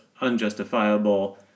unjustifiable